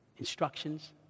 instructions